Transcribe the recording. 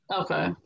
Okay